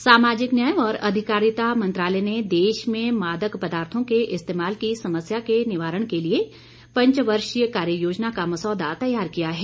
कार्य योजना सामाजिक न्याय और अधिकारिता मंत्रालय ने देश में मादक पदार्थो के इस्तेमाल की समस्या के निवारण के लिए पंचवर्षीय कार्ययोजना का मसौदा तैयार किया है